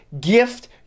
gift